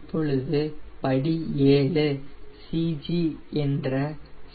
இப்பொழுது படி 7 CG என்ற